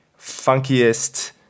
funkiest